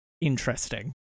interesting